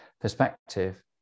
perspective